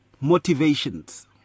Motivations